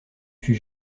fut